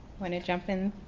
wanna jump in?